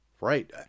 Right